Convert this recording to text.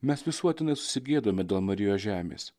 mes visuotinai susigėdome dėl marijos žemės